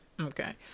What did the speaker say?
Okay